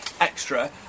extra